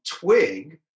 twig